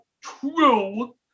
true